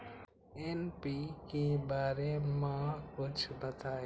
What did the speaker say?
NPK बारे म कुछ बताई?